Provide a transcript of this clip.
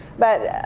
but